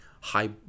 high